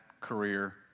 career